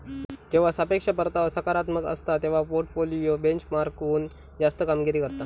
जेव्हा सापेक्ष परतावा सकारात्मक असता, तेव्हा पोर्टफोलिओ बेंचमार्कहुन जास्त कामगिरी करता